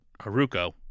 Haruko